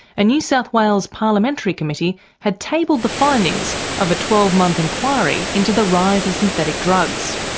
a new south wales parliamentary committee had tabled the findings of a twelve month inquiry into the rise of synthetic drugs.